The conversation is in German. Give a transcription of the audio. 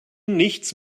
nichts